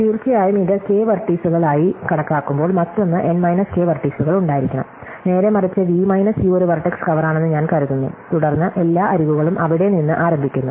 തീർച്ചയായും ഇത് കെ വെർട്ടീസുകളായി കണക്കാക്കുമ്പോൾ മറ്റൊന്ന് എൻ മൈനസ് കെ വെർട്ടീസുകൾ ഉണ്ടായിരിക്കണം നേരെമറിച്ച് വി മൈനസ് യു ഒരു വെർട്ടെക്സ് കവറാണെന്ന് ഞാൻ കരുതുന്നു തുടർന്ന് എല്ലാ അരികുകളും അവിടെ നിന്ന് ആരംഭിക്കുന്നു